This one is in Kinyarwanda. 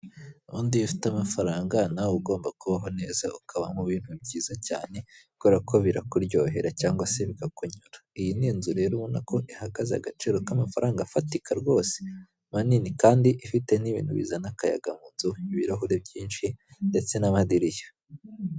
Ubundi iyo ufite amafaranga nawe ugomba kubaho neza ukaba mu bintu byiza cyane kubera ko birakuryohera cyangwa se bikakunyura, iyi ni inzu rero ubona ko ihagaze agaciro k'amafaranga afatika rwose, manini kandi ifite n'ibintu bizana akayaga mu nzu, ibirahure byinshi ndetse n'amadirishya.